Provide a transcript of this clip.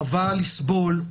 חבל לסבול.